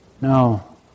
No